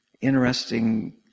interesting